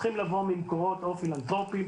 זה צריך לבוא ממקורות או פילנתרופיים